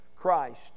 christ